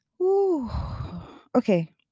Okay